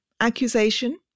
accusation